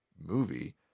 movie